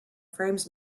frames